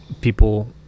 people